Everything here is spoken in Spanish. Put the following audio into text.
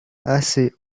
hace